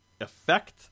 effect